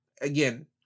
Again